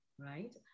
right